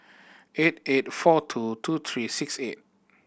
eight eight four two two three six eight